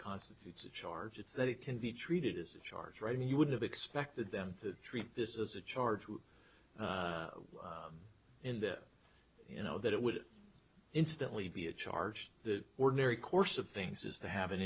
constitutes a charge it's that it can be treated as a charge right and you would have expected them to treat this as a charge in that you know that it would instantly be a charged the ordinary course of things is to have an